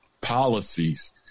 policies